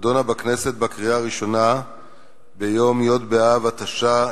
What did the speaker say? נדונה בכנסת בקריאה הראשונה ביום י' באב התש"ע,